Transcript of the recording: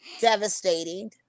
devastating